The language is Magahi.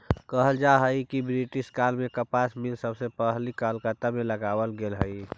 कहल जा हई कि ब्रिटिश काल में कपास मिल सबसे पहिला कलकत्ता में लगावल गेले हलई